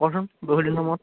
কচোন বহু দিনৰ মূৰত